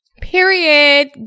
period